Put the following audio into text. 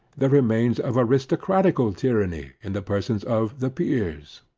the remains of aristocratical tyranny in the persons of the peers.